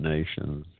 Nations